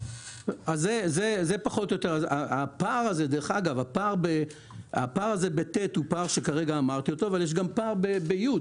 כמו שציינתי, יש פער ב-ט', אבל יש פער גם ב-י'.